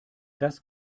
das